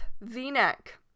v-neck